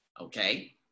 okay